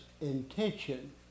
intention